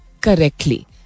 correctly